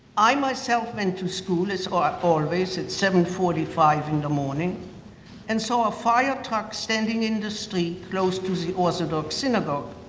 i myself and to school as always at seven forty five in the morning and saw a fire truck standing in the street close to the orthodox synagogue.